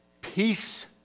Peace